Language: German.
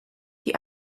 die